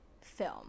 film